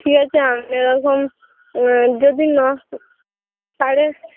ঠিক আছে আপনি এখন যদি না পারেন